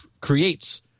creates